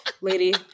lady